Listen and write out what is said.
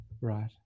right